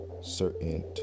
certain